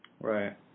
right